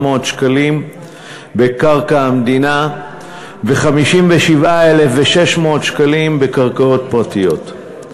שקלים בקרקע המדינה ו-57,600 שקלים בקרקעות פרטיות.